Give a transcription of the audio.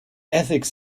ethics